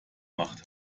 macht